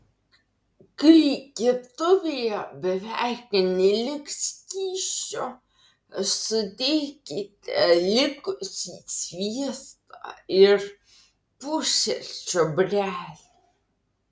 kai keptuvėje beveik neliks skysčio sudėkite likusį sviestą ir pusę čiobrelių